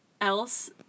else